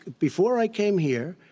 before i came here,